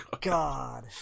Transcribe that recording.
God